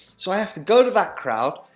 so, i have to go to that crowd,